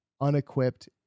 unequipped